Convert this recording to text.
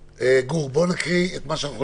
גור, נקריא מה שאפשר